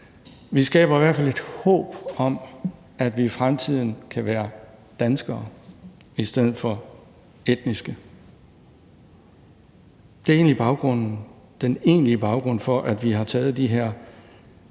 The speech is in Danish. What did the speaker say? vi skaber i hvert fald et håb om, at vi i fremtiden kan være danskere i stedet for etniske. Det er den egentlige baggrund for, at vi har taget de her